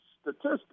statistics